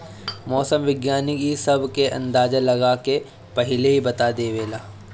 मौसम विज्ञानी इ सब के अंदाजा लगा के पहिलहिए बता देवेला